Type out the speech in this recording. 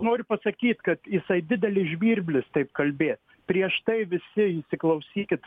noriu pasakyt kad jisai didelis žvirblis taip kalbėt prieš tai visi įsiklausykit